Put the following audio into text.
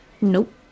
Nope